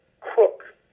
crook